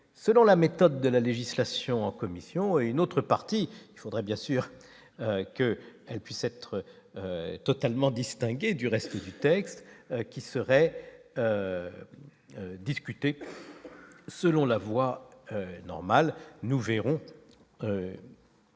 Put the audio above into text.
selon la méthode de la législation en commission et une autre partie, il faudrait bien sûr que, elle puisse être totalement distinguer du reste du texte, qui serait discutée selon la voie normale, nous verrons